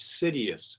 insidious